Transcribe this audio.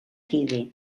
quede